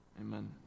Amen